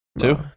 Two